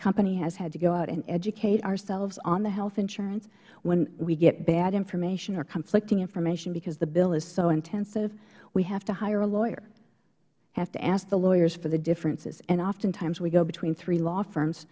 company has had to go out and educate ourselves on the health insurance when we get bad information or conflicting information because the bill is so intensive we have to hire a lawyer have to ask the lawyers for the differences and oftentimes we go between three law firms